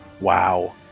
Wow